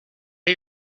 get